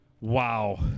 wow